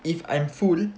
if I'm full